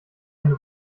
eine